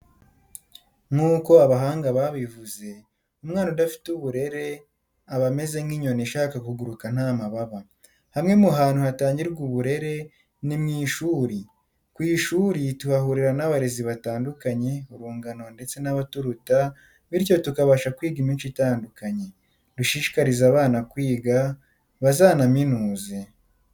Nk'uko abahanga babivuze, umwana udafite uburere aba ameze nk'inyoni ishaka kuguruka nta mababa. Hamwe mu hantu hatangirwa uburere, ni mu ishuri. Ku ishuri tuhahurira n'abarezi batandukanye, urungano, ndetse n'abaturuta, bityo tukabasha kwiga imico itandukanye. Dushishikarize abana kwiga, bazanaminuze.